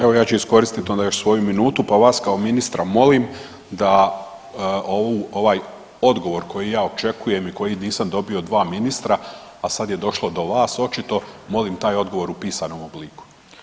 Evo ja ću iskoristiti onda još svoju minutu, pa vas kao ministra molim da ovaj odgovor koji ja očekujem i koji nisam dobio dva ministra, a sad je došlo do vas očito molim taj odgovor u pisanom obliku.